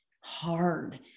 hard